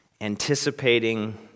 anticipating